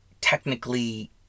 technically